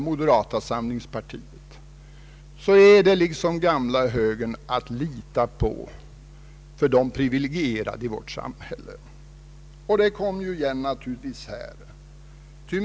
Moderata samlingspartiet är liksom den gamla högern att lita på för de privilegierade i vårt samhälle. Det kom mer naturligtvis igen här.